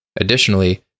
Additionally